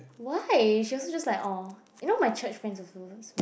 why she also just like orh you know my church friends also smoke